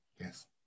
yes